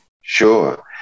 Sure